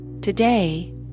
Today